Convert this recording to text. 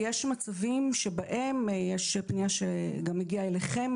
יש מצבים שבהם יש פנייה שגם הגיעה אליכם,